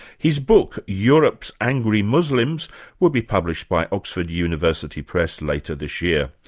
his book, europe's angry muslims will be published by oxford university press later this year.